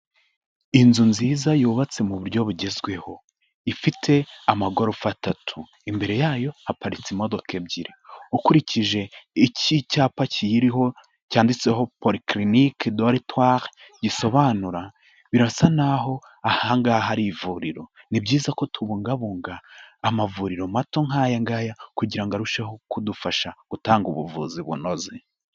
Inzu nziza yubatse mu buryo bugezweho, ifite amagorofa atatu, imbere yayo haparitse imodoka ebyiri, ukurikije iki cyapa kiyiriho cyanditseho Polyclinique de l'Etoile gisobanura, birasa naho aha ngaha ari ivuriro, ni byiza ko tubungabunga amavuriro mato nk'aya ngaya kugira ngo arusheho kudufasha gutanga ubuvuzi bunoze.